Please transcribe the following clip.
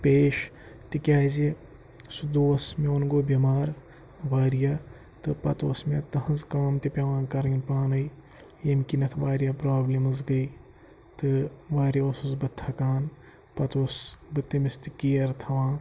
پیش تِکیٛازِ سُہ دوس میون گوٚو بٮ۪مار وارِیاہ تہٕ پَتہٕ اوس مےٚ تٕہٕنٛز کٲم تہِ پٮ۪وان کَرٕنۍ پانَے ییٚمہِ کِنٮ۪تھ وارِیاہ پرٛابلِمٕز گٔے تہٕ واریاہ اوسُس بہٕ تھکان پَتہٕ اوسُس بہٕ تٔمِس تہِ کِیَر تھاوان